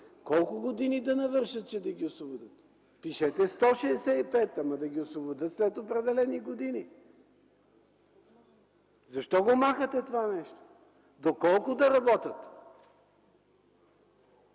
Колко години да навършат, че да ги освободят?! Пишете 165, но да ги освободят, след определени години! Защо го махате това нещо? До колко да работят?